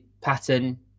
pattern